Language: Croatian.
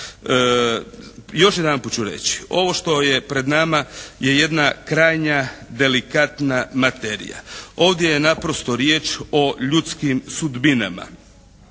Još jedanput ću reći. Ovo što je pred nama je jedna krajnja delikatna materija. Ovdje je naprosto riječ o ljudskim sudbinama.